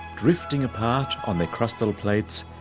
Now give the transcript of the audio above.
drifting apart on their crustal plates,